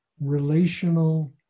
relational